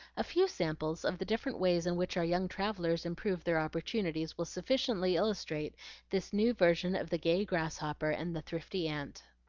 a few samples of the different ways in which our young travellers improved their opportunities will sufficiently illustrate this new version of the gay grasshopper and the thrifty ant.